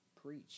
preach